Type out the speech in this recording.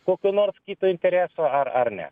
kokio nors kito intereso ar ar ne